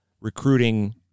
recruiting